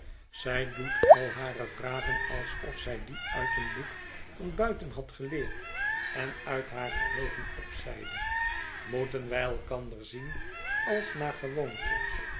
zi doet al hare vragen alsof zij die uit een boek van buiten had geleerd en uit haar geheugen opzeide moeten wij elkander zien als naar gewoonte